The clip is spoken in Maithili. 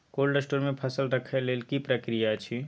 कोल्ड स्टोर मे फसल रखय लेल की प्रक्रिया अछि?